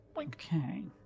okay